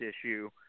issue